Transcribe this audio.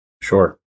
Sure